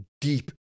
deep